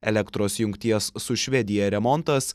elektros jungties su švedija remontas